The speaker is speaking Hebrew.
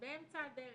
באמצע הדרך.